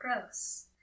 Gross